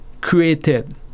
created